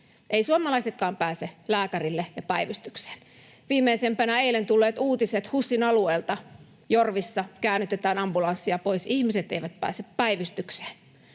Eivät suomalaisetkaan pääse lääkärille ja päivystykseen. Viimeisimpänä ovat eilen tulleet uutiset HUSin alueelta: Jorvissa käännytetään ambulanssia pois, ihmiset eivät pääse päivystykseen.